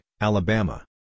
Alabama